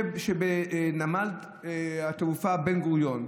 ידענו שבנמל התעופה בן-גוריון,